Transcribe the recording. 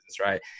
right